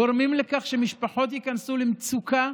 גורמים לכך שמשפחות ייכנסו למצוקה,